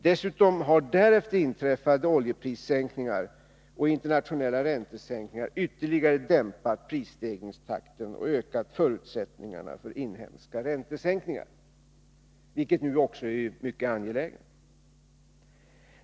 Dessutom har därefter inträffade oljeprissänkningar och internationella räntesänkningar ytterligare dämpat prisstegringstakten och ökat förutsättningarna för inhemska räntesänkningar, vilket nu också är mycket angeläget.